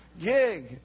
gig